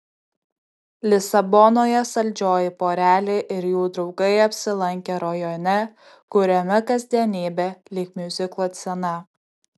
lisabonoje saldžioji porelė ir jų draugai apsilankė rajone kuriame kasdienybė lyg miuziklo scena